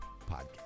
podcast